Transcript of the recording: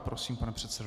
Prosím, pane předsedo.